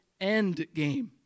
Endgame